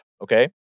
okay